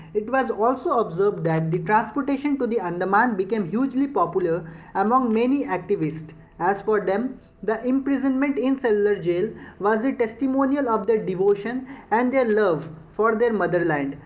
it was also observed that the transportation to the andaman became hugely popular among many activists, as for them the imprisonment in cellular jail was the testimonial of their devotion and their love for their motherland,